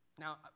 Now